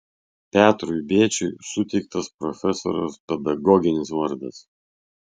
petrui bėčiui suteiktas profesoriaus pedagoginis vardas